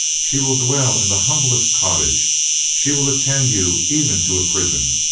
she will dwell in the humblest cottage she will attend you even to a prison.